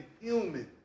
human